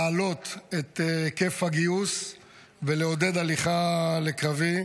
להעלות את היקף הגיוס ולעודד הליכה לקרבי,